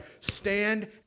stand